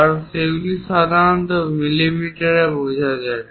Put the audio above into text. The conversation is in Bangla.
কারণ সেগুলি সাধারণত মিলিমিটারে বোঝা যায়